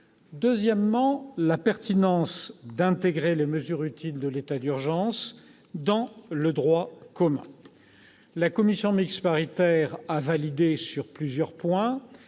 Deuxièmement, j'évoquerai la pertinence de conserver les mesures utiles de l'état d'urgence dans le droit commun. La commission mixte paritaire a validé sur plusieurs points